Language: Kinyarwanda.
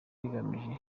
rigamije